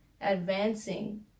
advancing